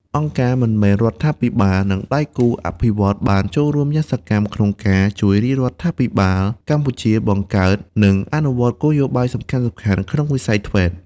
អង្គការមិនមែនរដ្ឋាភិបាល និងដៃគូអភិវឌ្ឍន៍បានចូលរួមយ៉ាងសកម្មក្នុងការជួយរាជរដ្ឋាភិបាលកម្ពុជាបង្កើត និងអនុវត្តគោលនយោបាយសំខាន់ៗក្នុងវិស័យ ធ្វេត TVET។